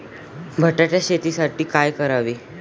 बटाटा शेतीसाठी काय करावे?